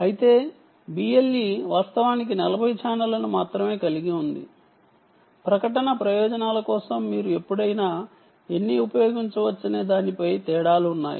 అయితే BLE వాస్తవానికి 40 ఛానెల్లను మాత్రమే కలిగి ఉంది ప్రకటన ప్రయోజనాల కోసం మీరు ఎప్పుడైనా ఎన్ని ఉపయోగించవచ్చనే దానిపై తేడాలు ఉన్నాయి